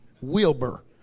Wilbur